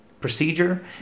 procedure